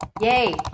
Yay